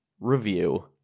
review